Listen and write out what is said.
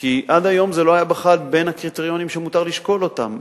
עד היום זה לא היה בכלל בין הקריטריונים שמותר לשקול אותם.